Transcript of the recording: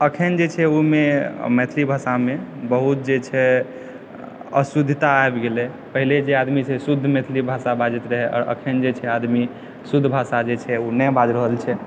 अखन जे छै ओमे मैथिली भाषामे बहुत जे छै अशुद्धता आबि गेलय पहिले जे आदमी शुद्ध मैथिली भाषा बाजैत रहय अखन जे छै आदमी शुद्ध भाषा जे छै ओ नहि बाजि रहल छै